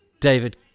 David